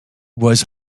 was